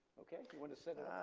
okay, you want to set it